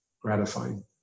gratifying